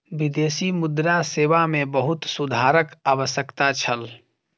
विदेशी मुद्रा सेवा मे बहुत सुधारक आवश्यकता छल